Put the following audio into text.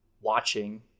watching